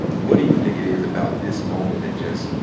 what do you think it is about this moment that just,